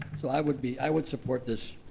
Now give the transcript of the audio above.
so i would be, i would support this